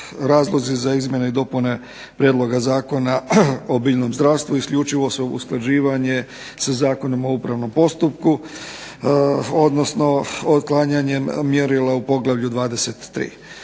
Razlozi za izmjene i dopune Prijedloga zakona o biljnom zdravstvu isključivo su usklađivanje sa Zakonom o upravnom postupku, odnosno otklanjanjem mjerila u poglavlju 23.